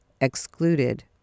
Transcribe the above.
excluded